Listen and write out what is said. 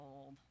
old